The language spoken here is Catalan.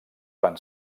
fan